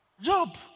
Job